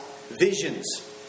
visions